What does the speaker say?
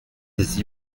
des